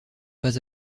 pas